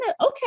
okay